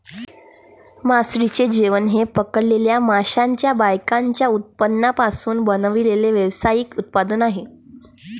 मासळीचे जेवण हे पकडलेल्या माशांच्या बायकॅचच्या उत्पादनांपासून बनवलेले व्यावसायिक उत्पादन आहे